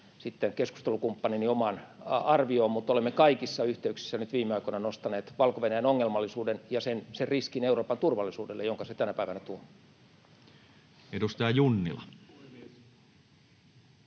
keskustelukumppanini omaan arvioon, mutta olemme kaikissa yhteyksissä nyt viime aikoina nostaneet Valko-Venäjän ongelmallisuuden ja sen riskin Euroopan turvallisuudelle, jonka se tänä päivänä tuo. [Speech 81]